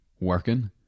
working